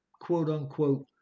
quote-unquote